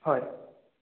হয়